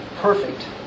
perfect